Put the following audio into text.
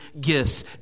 gifts